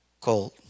cold